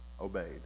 obeyed